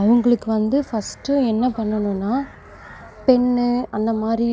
அவங்களுக்கு வந்து ஃபர்ஸ்ட்டு என்ன பண்ணணும்னா பென் அந்த மாதிரி